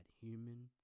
human